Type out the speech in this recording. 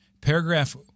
Paragraph